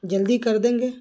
جلدی کر دیں گے